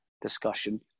discussion